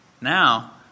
Now